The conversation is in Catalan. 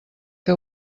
que